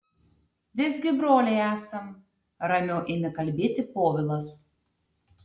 visgi broliai esam ramiau ėmė kalbėti povilas